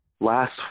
Last